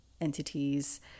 entities